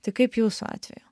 tai kaip jūsų atveju